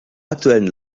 aktuellen